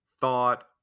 thought